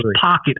pocket